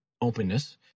openness